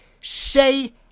say